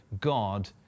God